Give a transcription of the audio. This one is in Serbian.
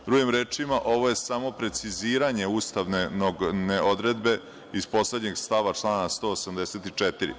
Drugim rečima, ovo je samo preciziranje ustavne odredbe iz poslednjeg stava člana 184.